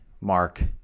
Mark